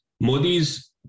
Modi's